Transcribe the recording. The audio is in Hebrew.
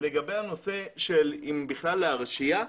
לגבי השאלה האם בכלל להרשיע,